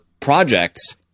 projects